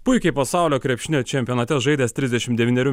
puikiai pasaulio krepšinio čempionate žaidęs trisdešim devynerių